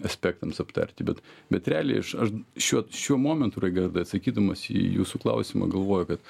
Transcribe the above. aspektams aptarti bet bet realiai aš aš šiuo šiuo momentu raigardai atsakydamas į jūsų klausimą galvoju kad